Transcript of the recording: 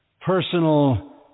personal